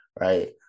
right